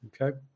Okay